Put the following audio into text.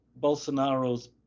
Bolsonaro's